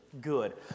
good